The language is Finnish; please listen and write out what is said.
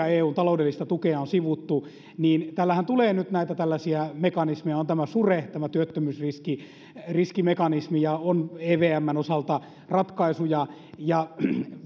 eun taloudellista tukea on sivuttu ja kun täällähän tulee nyt näitä mekanismeja on tämä sure tämä työttömyysriskimekanismi ja on evmn osalta ratkaisuja